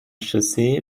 chaussee